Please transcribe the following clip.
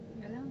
ya lah